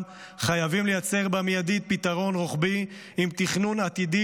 חייבים לייצר מיידית פתרון רוחבי עם תכנון עתידי,